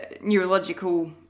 neurological